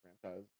franchise